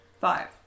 Five